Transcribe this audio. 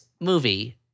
movie